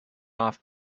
off